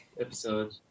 episode